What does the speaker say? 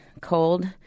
Cold